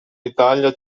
italia